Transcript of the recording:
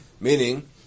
Meaning